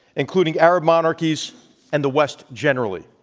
including arab monarchies and the west generally.